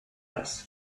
раз